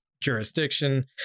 jurisdiction